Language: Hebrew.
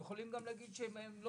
הם הרי גם יכולים להגיד שזה לא